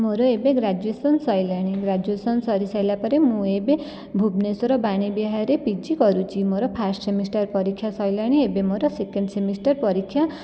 ମୋର ଏବେ ଗ୍ରାଜୁଏସନ୍ ସରିଲାଣି ଗ୍ରାଜୁଏସନ୍ ସରି ସାରିଲା ପରେ ମୁଁ ଏବେ ଭୁବନେଶ୍ୱର ବାଣୀବିହାରରେ ପିଜି କରୁଛି ମୋର ଫାଷ୍ଟ ସେମିଷ୍ଟାର ପରୀକ୍ଷା ସରିଲାଣି ଏବେ ମୋର ସେକେଣ୍ଡ ସେମିଷ୍ଟାର ପରୀକ୍ଷା